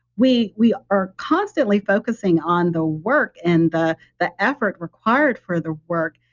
we we are constantly focusing on the work and the the effort required for the work.